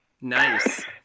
Nice